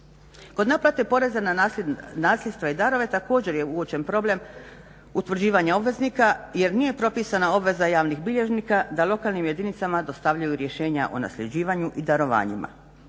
Kod naplate poreza na nasljedstva i darove također je uočen problem utvrđivanja obveznika jer nije propisana obveza javnih bilježnika da lokalnim jedinicama dostavljaju rješenja o nasljeđivanju i darovanjima.